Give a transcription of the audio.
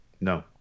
no